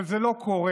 אבל זה לא קורה